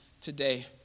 today